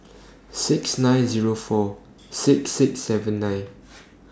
six nine Zero four six six seven nine